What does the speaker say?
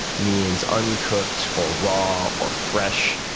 means uncooked or raw or fresh.